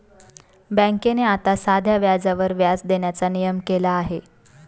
बँकेने आता साध्या व्याजावर व्याज देण्याचा नियम केला आहे